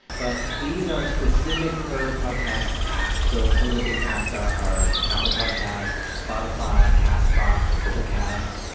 but these are specific per podcast app. so some of the big apps are are apple podcasts, spotify, castbox, overcast,